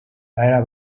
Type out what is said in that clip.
aribo